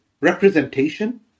representation